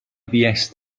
fuest